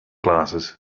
glasses